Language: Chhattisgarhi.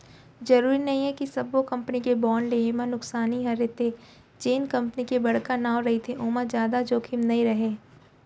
जरूरी नइये कि सब्बो कंपनी के बांड लेहे म नुकसानी हरेथे, जेन कंपनी के बड़का नांव रहिथे ओमा जादा जोखिम नइ राहय